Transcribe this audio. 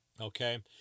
Okay